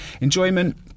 Enjoyment